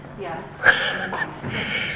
Yes